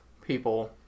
people